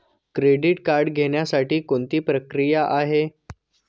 Credit card घेण्यासाठी कोणती प्रक्रिया आहे?